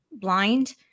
blind